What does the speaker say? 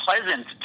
pleasant